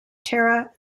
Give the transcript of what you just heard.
terra